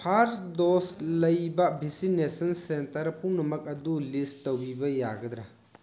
first dose ꯂꯩꯕ vaccination centre ꯄꯨꯅꯃꯛ ꯑꯗꯨ ꯂꯤꯁ ꯇꯧꯕꯤꯕ ꯌꯥꯒꯗ꯭ꯔꯥ